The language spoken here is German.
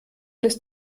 ist